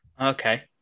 Okay